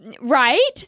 Right